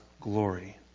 glory